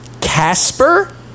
Casper